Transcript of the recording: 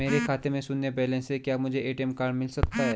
मेरे खाते में शून्य बैलेंस है क्या मुझे ए.टी.एम कार्ड मिल सकता है?